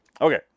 Okay